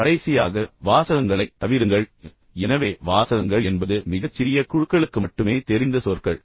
கடைசியாக வாசகங்களைத் தவிருங்கள் எனவே வாசகங்கள் என்பது மிகச் சிறிய குழுக்களுக்கு மட்டுமே தெரிந்த சொற்கள்